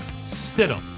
Stidham